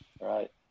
Right